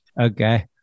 Okay